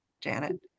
Janet